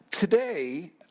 Today